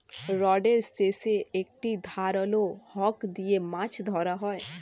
রডের শেষে একটি ধারালো হুক দিয়ে মাছ ধরা হয়